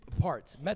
parts